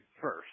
first